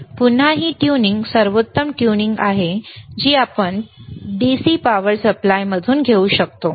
पुन्हा ही ट्यूनिंग सर्वोत्तम ट्यूनिंग आहे जी आपण DC पॉवर सप्लायमधून घेऊ शकतो